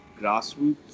grassroots